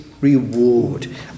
reward